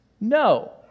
No